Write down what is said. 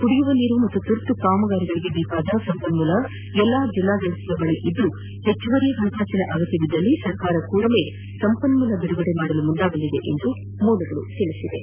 ಕುಡಿಯುವ ನೀರು ಹಾಗೂ ತುರ್ತು ಕಾಮಗಾರಿಗಳಿಗೆ ಬೇಕಾದ ಸಂಪನ್ನೂಲ ಎಲ್ಲಾ ಜಿಲ್ಲಾಡಳಿತದ ಬಳಿ ಇದ್ದು ಹೆಚ್ಚುವರಿ ಹಣಕಾಸಿನ ಅಗತ್ಯ ಬಿದ್ದಲ್ಲಿ ಸರ್ಕಾರ ಕೂಡಲೇ ಸಂಪನ್ನೂಲ ಬಿಡುಗಡೆ ಮಾಡಲು ಮುಂದಾಗಲಿದೆ ಎಂದು ಮೂಲಗಳು ತಿಳಿಸಿವೆ